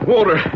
Water